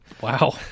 Wow